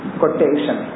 quotation